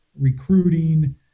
recruiting